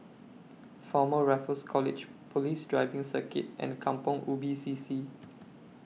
Former Raffles College Police Driving Circuit and Kampong Ubi C C